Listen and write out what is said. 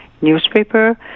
newspaper